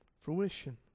fruition